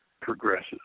progresses